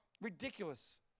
Ridiculous